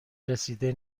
رسیده